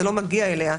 זה לא מגיע אליה,